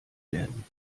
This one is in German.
werden